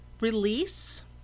release